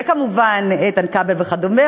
וכמובן איתן כבל ואחרים,